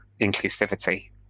inclusivity